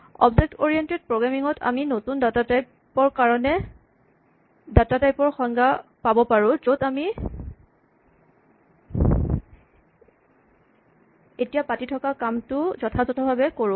object oriented programming ত আমি নতুন ডাটা টাইপ ৰ কাৰণে ডাটা টাইপ ৰ সংজ্ঞা দিব পাৰোঁ য'ত আমি এতিয়া পাতি থকা কামটো যথাযথভাৱে কৰোঁ